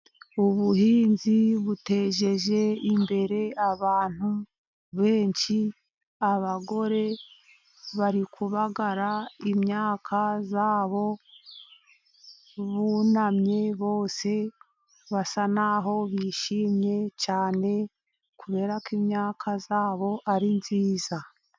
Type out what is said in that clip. Ubuhinzi buteje imbere abantu benshi abagore bari kubagara imyaka yabo, bunamye bose basa naho bishimye cyane kubera ko imyaka yabo ari myiza.